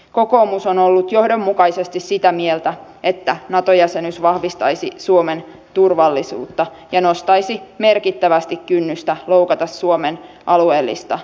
kokoomus on ollut johdonmukaisesti sitä mieltä että nato jäsenyys vahvistaisi suomen turvallisuutta ja nostaisi merkittävästi kynnystä loukata suomen alueellista koskemattomuutta